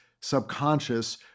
subconscious